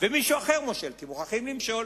ומישהו אחר מושל, כי מוכרחים למשול,